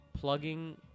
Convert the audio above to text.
Plugging